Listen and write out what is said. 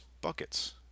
buckets